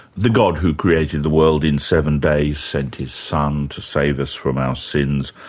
the god who created the world in seven days sent his son to save us from our sins,